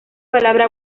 palabra